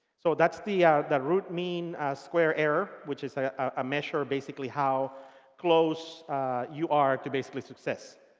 so that's the the root mean square error, which is a measure basically how close you are to basically success.